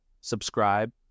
subscribe